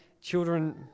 children